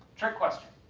trick question!